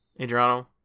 Adriano